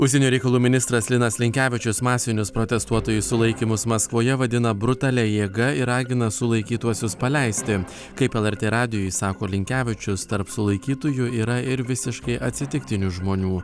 užsienio reikalų ministras linas linkevičius masinius protestuotojų sulaikymus maskvoje vadina brutalia jėga ir ragina sulaikytuosius paleisti kaip lrt radijui sako linkevičius tarp sulaikytųjų yra ir visiškai atsitiktinių žmonių